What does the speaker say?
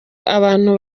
abantu